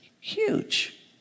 huge